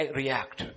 react